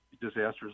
disasters